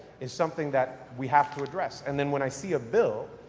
is something that we have to address. and then when i see a bill,